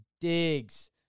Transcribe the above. digs